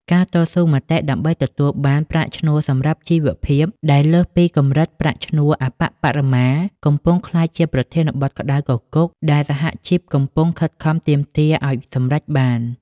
ការតស៊ូមតិដើម្បីទទួលបាន "ប្រាក់ឈ្នួលសម្រាប់ជីវភាព" ដែលលើសពីកម្រិតប្រាក់ឈ្នួលអប្បបរមា កំពុងក្លាយជាប្រធានបទក្តៅគគុកដែលសហជីពកំពុងខិតខំទាមទារឱ្យសម្រេចបាន។